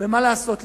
ומה לעשות,